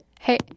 Hey